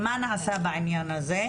מה נעשה בעניין הזה,